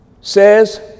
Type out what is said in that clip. Says